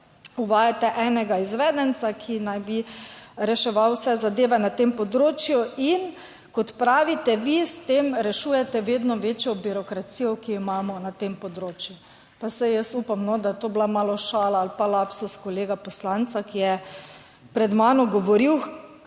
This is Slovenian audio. uvajate enega izvedenca, ki naj bi reševal vse zadeve na tem področju in kot pravite vi, s tem rešujete vedno večjo birokracijo, ki jo imamo na tem področju. Pa saj jaz upam, da je to bila malo šala ali pa lapsus kolega poslanca, ki je pred mano govoril,